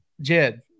Jed